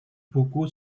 buku